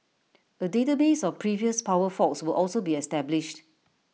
A database of previous power faults will also be established